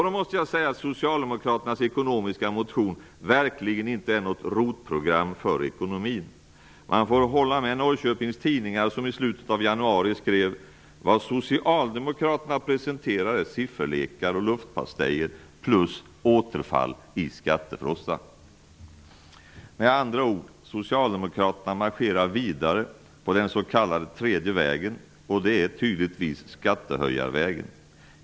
Då måste jag säga att Socialdemokraternas ekonomiska motion verkligen inte är något ROT-program för ekonomin. Man får hålla med Norrköpings Tidningar som i slutet av januari skrev: Vad Socialdemokraterna presenterar är sifferlekar och luftpastejer, plus återfall i skattefrossa. Med andra ord; Socialdemokraterna marscherar vidare på den s.k. tredje vägen, vilket tydligtvis är skattehöjarvägen.